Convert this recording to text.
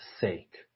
sake